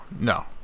no